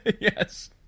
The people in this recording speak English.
Yes